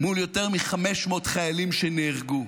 מול יותר מ-500 חיילים שנהרגו,